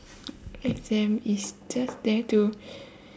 exam is just there to